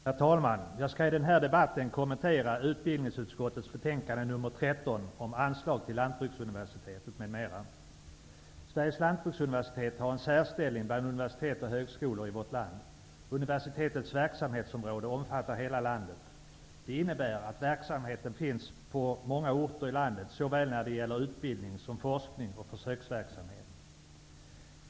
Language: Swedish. Herr talman! Jag skall i den här debatten kommentera utbildningsutskottets betänkande 13 Sveriges lantbruksuniversitet har en särställning bland universitet och högskolor i vårt land. Universitetets verksamhetsområde omfattar hela landet. Det innebär att verksamheten finns på många orter i landet när det gäller såväl utbildning som forskning och försöksverksamhet.